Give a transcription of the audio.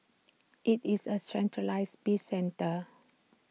IT is A centralised bin centre